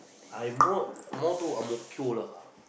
I'm more move to a Moquila